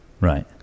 Right